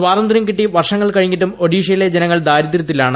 സ്വാതന്ത്യം കിട്ടി വർഷങ്ങൾ കഴിഞ്ഞിട്ടും ഒഡീഷയിലെ ജനങ്ങൾ ദാരിദ്ര്യത്തിലാണ്